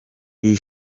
iyi